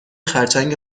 خرچنگ